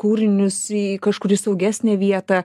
kūrinius į kažkur į saugesnę vietą